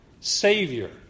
Savior